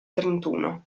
trentuno